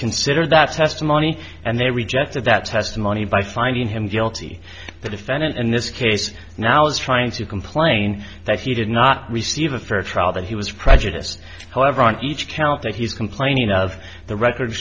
consider that testimony and they rejected that testimony by finding him guilty but defendant in this case now is trying to complain that he did not receive a fair trial that he was prejudiced however on each count that he's complaining of the record